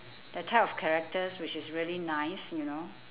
that type of characters which is really nice you know